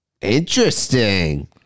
Interesting